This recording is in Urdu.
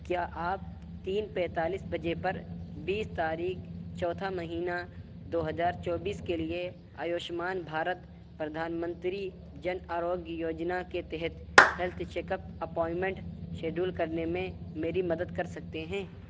کیا آپ تین پینتالیس بجے پر بیس تاریخ چوتھا مہینہ دو ہزار چوبیس کے لیے آیوشمان بھارت پردھان منتری جن آروگیہ یوجنا کے تحت health check up appointment schedule کرنے میں میری مدد کر سکتے ہیں